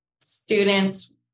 students